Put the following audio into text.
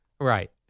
Right